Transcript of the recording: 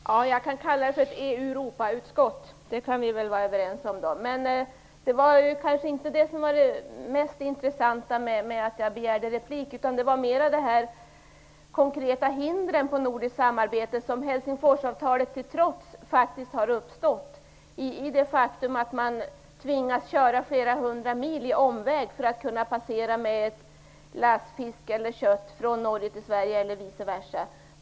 Fru talman! Jag kan kalla utskottet för ett Europautskott, det kan vi vara överens om. Det var kanske inte detta som var det mest intressanta med att jag begärde replik, utan det gällde mer de konkreta hindren för nordiskt samarbete som Helsingforsavtalet till trots faktiskt har uppstått genom det faktum att man tvingas köra en flera hundra mil lång omväg för att kunna passera med ett lass fisk eller kött från Norge till Sverige eller vice versa.